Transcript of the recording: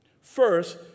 First